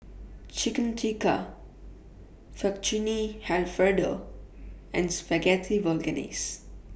Chicken Tikka Fettuccine Alfredo and Spaghetti Bolognese